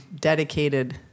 dedicated